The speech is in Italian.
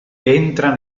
entra